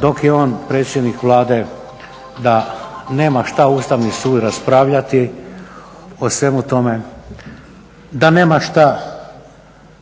dok je on predsjednik Vlade da nema što Ustavni sud raspravljati o svemu tome,